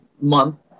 month